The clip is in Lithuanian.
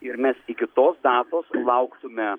ir mes iki tos datos sulauktume